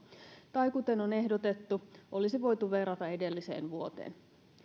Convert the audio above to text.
tai kuten on ehdotettu olisi voitu verrata edelliseen vuoteen